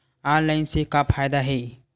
Online से का फ़ायदा हे?